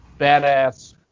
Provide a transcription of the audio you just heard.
badass